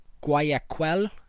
Guayaquil